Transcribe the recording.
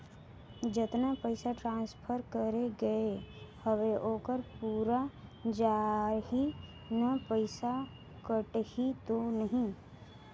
जतना पइसा ट्रांसफर करे गये हवे ओकर पूरा जाही न पइसा कटही तो नहीं?